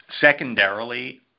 Secondarily